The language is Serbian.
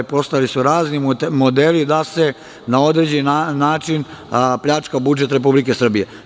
Postojali su razni modeli da se na određeni način pljačka budžet Republike Srbije.